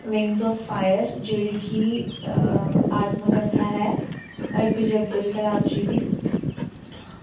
wings of fire जेह्ड़ी कि आतमकथा ऐ A P J Abdul Kalam ji दी